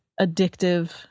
addictive